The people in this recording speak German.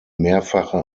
mehrfache